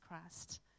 Christ